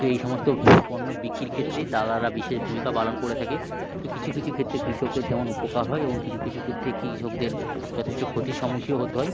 তো এই সমস্ত পণ্য বিক্রির ক্ষেত্রে দালালরা বিশেষ ভূমিকা পালন করে থাকে তো কিছু কিছু ক্ষেত্রে কৃষকের যেমন উপকার হয় এবং কিছু কিছু ক্ষেত্রে কৃষকদের যথেষ্ট ক্ষতির সম্মুখীনও হতে হয়